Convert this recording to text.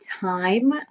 time